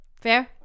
fair